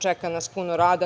Čeka nas puno rade.